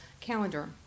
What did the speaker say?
calendar